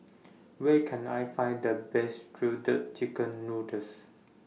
Where Can I Find The Best Shredded Chicken Noodles